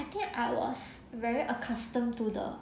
I think I was very accustomed to the